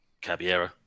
Caballero